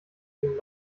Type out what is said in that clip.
den